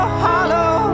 hollow